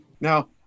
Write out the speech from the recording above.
Now